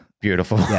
Beautiful